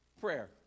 prayer